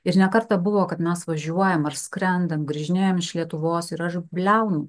ir ne kartą buvo kad mes važiuojam ar skrendam grįžinėjam iš lietuvos ir aš bliaunu